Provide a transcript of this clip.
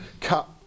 cut